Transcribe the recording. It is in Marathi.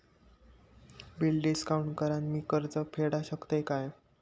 बिल डिस्काउंट करान मी कर्ज फेडा शकताय काय?